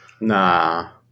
Nah